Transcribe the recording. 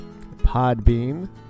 Podbean